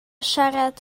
siarad